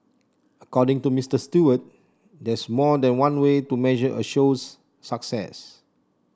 according to Mister Stewart there's more than one way to measure a show's success